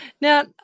Now